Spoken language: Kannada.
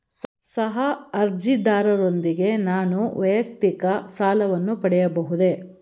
ಸಹ ಅರ್ಜಿದಾರರೊಂದಿಗೆ ನಾನು ವೈಯಕ್ತಿಕ ಸಾಲವನ್ನು ಪಡೆಯಬಹುದೇ?